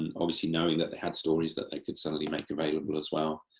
obviously knowing that they had stories that they could suddenly make available as well.